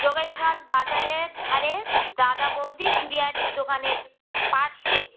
যোগেশগঞ্জ বাজারের ধারে দাদা বৌদির বিরিয়ানির দোকানের পাশে